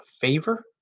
favor